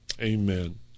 Amen